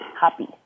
happy